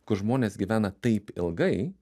kur žmonės gyvena taip ilgai